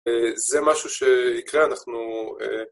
זה משהו שיקרה, אנחנו...